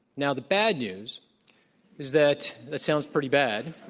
now, the bad news is that it sounds pretty bad